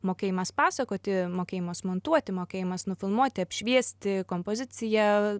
mokėjimas pasakoti mokėjimas montuoti mokėjimas nufilmuoti apšviesti kompozicija